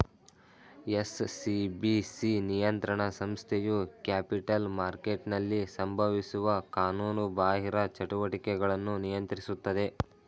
SCBC ನಿಯಂತ್ರಣ ಸಂಸ್ಥೆಯು capital ಮಾರ್ಕೆಟ್ನಲ್ಲಿ ಸಂಭವಿಸುವ ಕಾನೂನುಬಾಹಿರ ಚಟುವಟಿಕೆಗಳನ್ನು ನಿಯಂತ್ರಿಸುತ್ತದೆ